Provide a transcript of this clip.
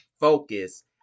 focus